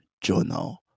Journal